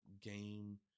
game